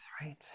right